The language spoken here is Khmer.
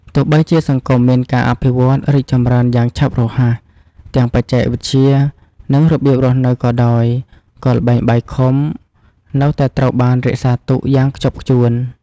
ទោះបីជាសង្គមមានការអភិវឌ្ឍរីកចម្រើនយ៉ាងឆាប់រហ័ស ទាំងបច្ចេកវិទ្យា និងរបៀបរស់នៅក៏ដោយ ក៏ ល្បែងបាយខុំ នៅតែត្រូវបានរក្សាទុកយ៉ាងខ្ជាប់ខ្ជួន។